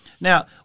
Now